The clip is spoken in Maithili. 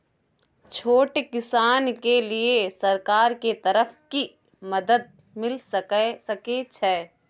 छोट किसान के लिए सरकार के तरफ कि मदद मिल सके छै?